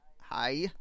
hi